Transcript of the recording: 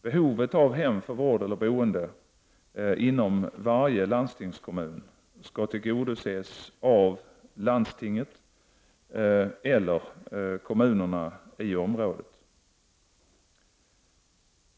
Behovet av hem för vård eller boende inom varje landstingskommun skall tillgodoses av landstingskommunen eller kommunerna i området.